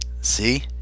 See